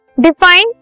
define